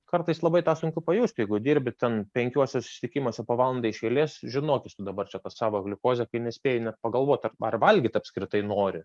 kartais labai tą sunku pajusti jeigu dirbi ten penkiuose susitikimuose po valandą iš eilės žinokis tu dabar čia tą savo gliukozę kai nespėji net pagalvot ar ar valgyt apskritai nori